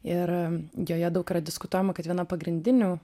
ir joje daug yra diskutuojama kad viena pagrindinių